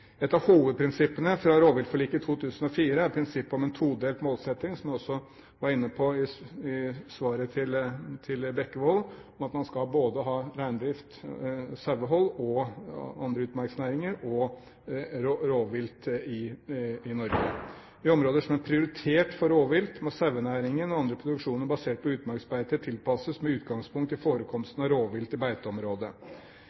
av hovedprinsippene fra rovviltforliket i 2004 er prinsippet om en todelt målsetting, som jeg også var inne på i svaret til Bekkevold: Man skal både ha reindrift, sauehold og andre utmarksnæringer og rovvilt i Norge. I områder som er prioritert for rovvilt, må sauenæringen og andre produksjoner basert på utmarksbeite tilpasses med utgangspunkt i